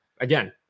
Again